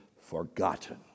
forgotten